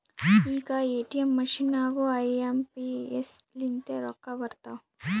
ಈಗ ATM machine ನಾಗೂ I M P S ಲಿಂತೆ ರೊಕ್ಕಾ ಬರ್ತಾವ್